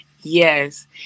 Yes